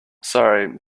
sorry